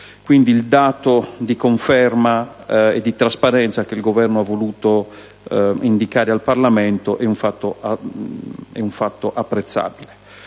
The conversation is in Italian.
Il dato di conferma e trasparenza che il Governo ha voluto indicare al Parlamento è un fatto apprezzabile.